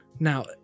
Now